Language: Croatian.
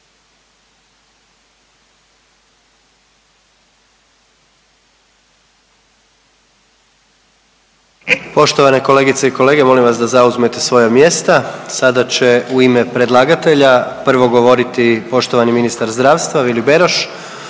Poštovane kolegice i kolege molim vas da zauzmete svoja mjesta. Sada će u ime predlagatelja prvo govoriti poštovani ministar zdravstva Vili Beroš,